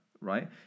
right